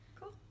cool